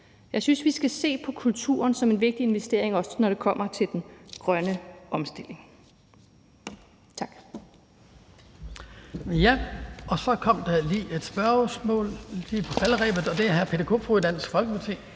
Jeg synes, vi skal se på kulturen som en vigtig investering, også når det kommer til den grønne omstilling.